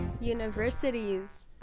Universities